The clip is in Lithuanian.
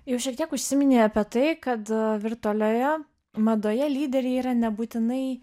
jau šiek tiek užsiminei apie tai kad virtualioje madoje lyderiai yra nebūtinai